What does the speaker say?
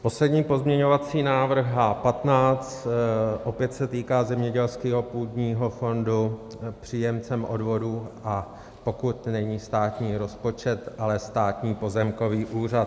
Poslední pozměňovací návrh H15, opět se týká zemědělského půdního fondu, příjemcem odvodu, a pokud není státní rozpočet, ale Státní pozemkový úřad.